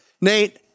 Nate